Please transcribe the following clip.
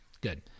Good